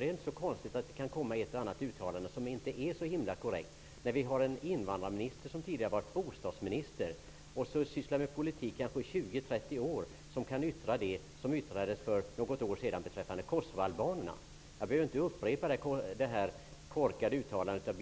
Det är inte så konstigt att det kan göras ett eller annat uttalande som inte är korrekt när invandrarministern, som tidigare varit bostadsminister och som sysslat med politik i 20 eller 30 år, kan yttra det hon yttrade för något år sedan beträffande kosovoalbanerna. Jag behöver inte upprepa Birgit Friggebos korkade uttalande.